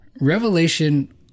Revelation